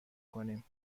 کنیم